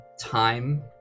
time